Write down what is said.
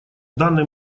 данный